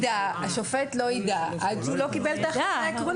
השופט לא יידע עד שהוא לא קיבל את ההחלטה העקרונית.